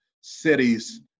cities